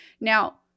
Now